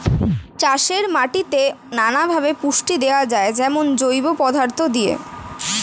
চাষের মাটিতে নানা ভাবে পুষ্টি দেওয়া যায়, যেমন জৈব পদার্থ দিয়ে